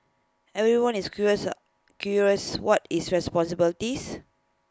everyone is curious curious what his responsibilities